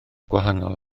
gwahanol